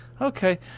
okay